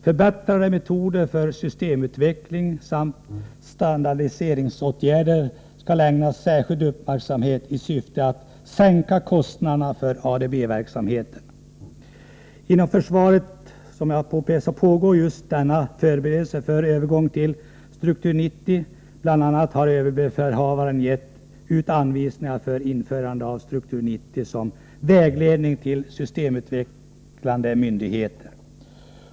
Förbättrade metoder för systemutveckling samt standardiseringsåtgärder skall ägnas särskild uppmärksamhet i syfte att sänka kostnaderna för ADB-verksamhet. Inom försvaret pågår nu förberedelsearbetet för övergången till det system som föreslås i Struktur 90. Bl. a. har överbefalhavaren gett ut anvisningar för införande av Struktur 90 som vägledning för systemutvecklande myndigheter.